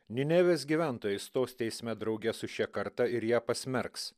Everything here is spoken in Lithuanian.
ninevės gyventojai stos teisme drauge su šia karta ir ją pasmerks